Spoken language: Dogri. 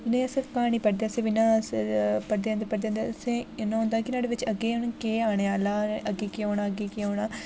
इ'यां असें क्हानी पढ़दे अस इ'यां लगदा पढ़दे जंदे पढ़दे जंदे असें इ'यां होंदा कि न्हाड़े बिच अग्गें हून केह् आने आह्ला ऐ कि अग्गें केह् होना अग्गें केह् होना